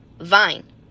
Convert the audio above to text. vine